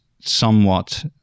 somewhat